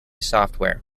software